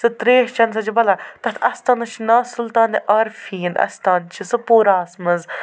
سُہ ترٛیش چٮ۪نہٕ سۭتۍ چھِ بَلان تَتھ اَستانَس چھِ ناو سُلطانِ عارفیٖن اَستان چھِ سُپوٗراہَس منٛز